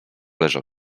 leżał